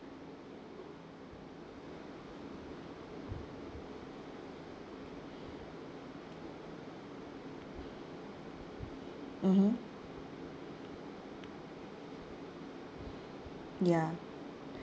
mmhmm ya